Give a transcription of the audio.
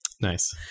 Nice